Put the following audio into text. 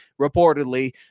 reportedly